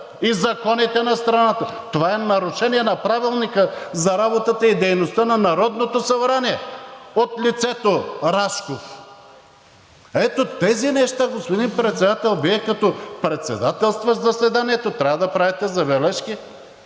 и законите на страната! Това е нарушение на Правилника за работата и дейността на Народното събрание от лицето Рашков! Ето тези неща, господин Председател, Вие като председателстващ заседанието трябва да правите забележки.